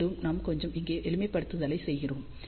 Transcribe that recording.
மீண்டும் நாம் கொஞ்சம் இங்கே எளிமைப்படுத்தலைச் செய்கிறோம்